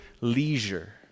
leisure